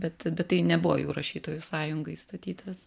bet bet tai nebuvo jau rašytojų sąjungai statytas